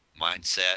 mindset